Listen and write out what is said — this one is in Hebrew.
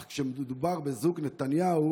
אך כשמדובר בזוג נתניהו